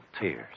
tears